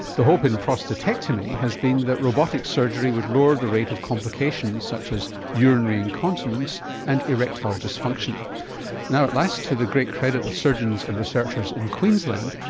the hope in prostatectomy has been that robotic surgery would lower the rate of complications such as urinary incontinence and erectile dysfunction. and now at last to the great credit of surgeons and researchers in queensland,